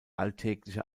alltägliche